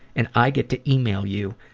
and i get to yeah e-mail you,